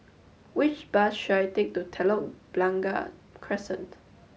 which bus should I take to Telok Blangah Crescent